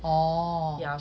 oh